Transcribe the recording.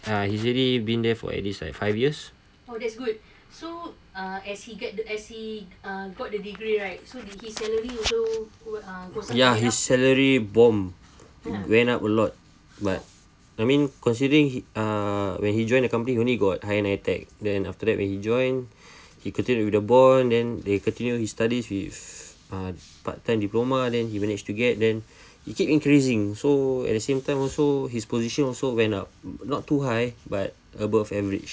uh usually been there for at least five years ya his salary bomb went up a lot but I mean considering he uh when he joined the company he only got higher NITEC then after that when you join he continue with the bond then they continue his studies with uh a part time diploma then he manage to get then he keep increasing so at the same time also his position also went up not too high but above average